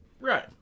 Right